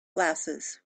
glasses